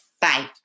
Bye